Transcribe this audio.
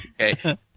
Okay